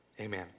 Amen